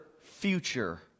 future